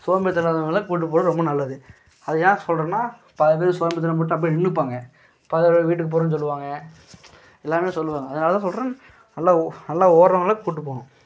சோம்பேறித்தனம் இல்லாதவங்களை கூட்டு போகிறது ரொம்ப நல்லது அது ஏன் சொல்கிறன்னா பல பேர் சோம்பேறித்தனம் பட்டு அப்படியே நின்றுப்பாங்க பாதியோடய வீட்டுக்கு போகிறன்னு சொல்லுவாங்க எல்லாமே சொல்லுவாங்க அதனால் தான் சொல்கிறேன் நல்லா ஓ நல்லா ஓடுறவங்களா கூட்டு போகணும்